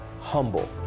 humble